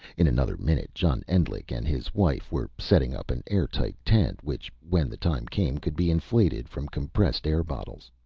in another minute john endlich and his wife were setting up an airtight tent, which, when the time came, could be inflated from compressed-air bottles.